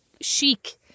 chic